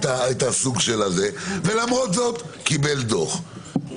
ולמרות זאת קיבל דוח.